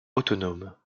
autonome